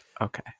Okay